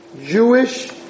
Jewish